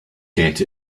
get